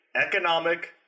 economic